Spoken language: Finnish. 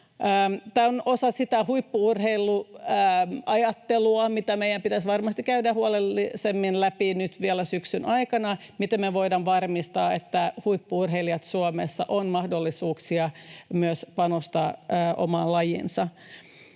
Tämä on osa sitä huippu-urheiluajattelua, mitä meidän pitäisi varmasti käydä huolellisemmin läpi nyt vielä syksyn aikana — miten me voidaan varmistaa, että huippu-urheilijoilla Suomessa on mahdollisuuksia myös panostaa omaan lajiinsa.